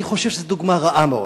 אני חושב שזאת דוגמה רעה מאוד.